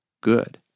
good